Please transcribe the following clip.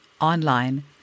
online